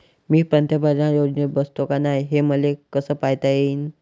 मी पंतप्रधान योजनेत बसतो का नाय, हे मले कस पायता येईन?